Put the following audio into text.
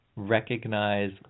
Recognize